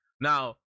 Now